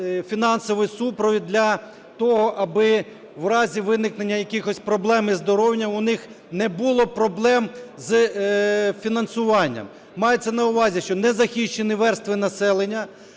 фінансовий супровід для того, аби в разі виникнення якихось проблем із здоров'ям, у них не було проблем з фінансуванням. Мається на увазі, що незахищені верстви населення